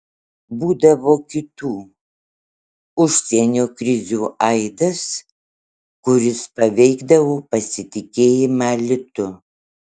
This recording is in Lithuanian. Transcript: būdavo kitų užsienio krizių aidas kuris paveikdavo pasitikėjimą litu